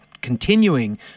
continuing